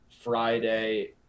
Friday